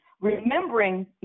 remembering